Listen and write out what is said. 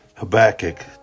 Habakkuk